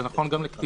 זה נכון גם לקטינים,